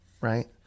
right